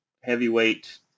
heavyweight